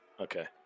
Okay